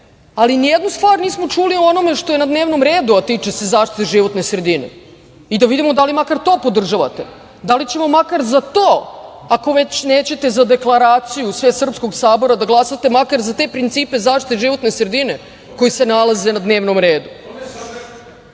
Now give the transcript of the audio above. ali nijednu stvar nismo čuli o onome što je na dnevnom redu a tiče se zaštite životne sredine, i da vidimo da li makar to podržavate, da li ćemo makar za to, ako već nećete za Deklaraciju Svesrpskog sabora da glasate, makar za te principe zaštite životne sredine koji se nalaze na dnevnom